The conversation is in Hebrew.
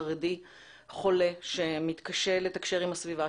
חרדי חולה שמתקשה לתקשר עם הסביבה שלו.